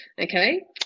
Okay